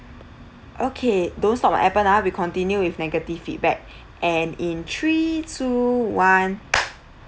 okay don't stop on Appen ah we continue with negative feedback and in three two one